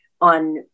on